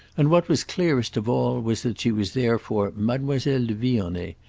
and what was clearest of all was that she was therefore mademoiselle de vionnet,